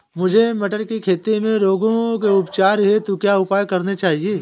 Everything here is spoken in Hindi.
मुझे मटर की खेती में रोगों के उपचार हेतु क्या उपाय करने चाहिए?